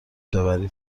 ببرید